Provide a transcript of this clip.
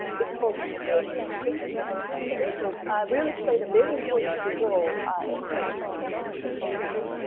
it's called creation and criticism company really played a very important role in this nineteen seventy s and eighty s.